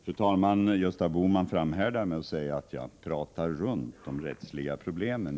Fru talman! Gösta Bohman framhärdar med att säga att jag pratar runt de rättsliga problemen.